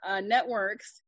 networks